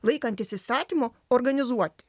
laikantis įstatymų organizuoti